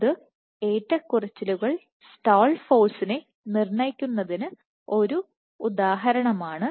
ഇത് ഏറ്റക്കുറച്ചിലുകൾ സ്റ്റാൾ ഫോഴ്സിനെ നിർണ്ണയിക്കുന്നതിന് ഒരു ഉദാഹരണമാണിത്